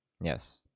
Yes